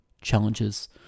challenges